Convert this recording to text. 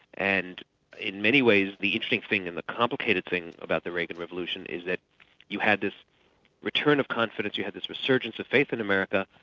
and in many ways the interesting thing and the complicated thing about the reagan revolution is that you had this return of confidence, you had this resurgence of faith in america,